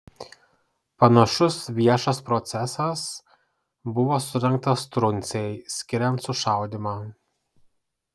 panašus viešas procesas buvo surengtas truncei skiriant sušaudymą